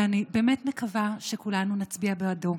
ואני באמת מקווה שכולנו נצביע בעדו.